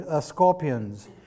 scorpions